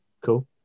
Cool